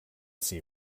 see